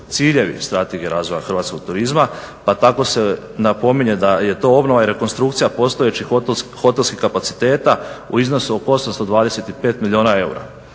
ciljevi Strategije razvoja hrvatskog turizma pa tako se napominje da je to obnova i rekonstrukcija postojećih hotelskih kapaciteta u iznosu oko 825 milijuna eura,